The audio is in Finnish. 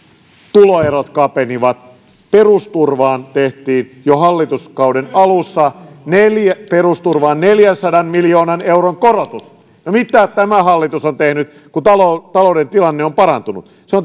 tuloerot kapenivat perusturvaan tehtiin jo hallituskauden alussa perusturvaan neljänsadan miljoonan euron korotus mitä tämä hallitus on tehnyt kun talouden tilanne on parantunut se